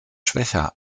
schwächer